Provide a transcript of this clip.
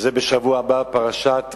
בשבוע הבא זה, בפרשת בלק,